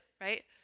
right